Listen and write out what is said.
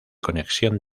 conexión